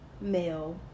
male